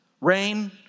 Rain